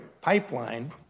pipeline